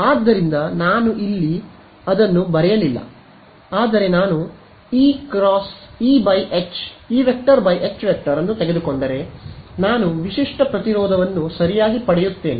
ಆದ್ದರಿಂದ ಇಲ್ಲಿ ನಾನು ಇದನ್ನು ಇಲ್ಲಿ ಬರೆಯಲಿಲ್ಲ ಆದರೆ ನಾನು | E || H | ಅನ್ನು ತೆಗೆದುಕೊಂಡರೆ ನಾನು ವಿಶಿಷ್ಟ ಪ್ರತಿರೋಧವನ್ನು ಸರಿಯಾಗಿ ಪಡೆಯುತ್ತೇನೆ